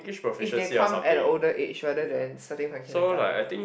if they come at older age rather than starting from kindergarten